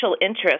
interest